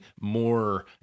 more